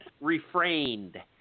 refrained